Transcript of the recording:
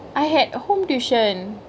I had a home tuition